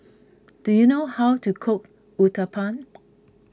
do you know how to cook Uthapam